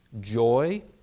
joy